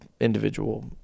individual